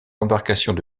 embarcations